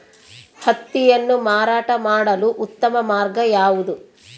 ಹತ್ತಿಯನ್ನು ಮಾರಾಟ ಮಾಡಲು ಉತ್ತಮ ಮಾರ್ಗ ಯಾವುದು?